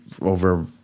over